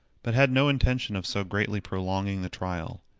but had no intention of so greatly prolonging the trial.